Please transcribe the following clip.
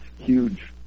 huge